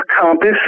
Compass